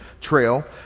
Trail